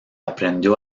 aprendió